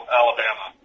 alabama